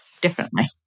differently